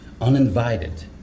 uninvited